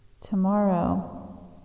Tomorrow